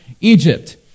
Egypt